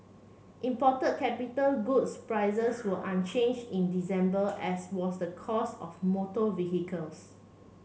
imported capital goods prices were unchanged in December as was the cost of motor vehicles